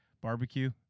Barbecue